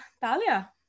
Talia